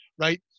right